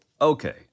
okay